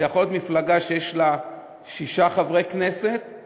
זה יכול להיות מפלגה שיש לה שישה חברי כנסת,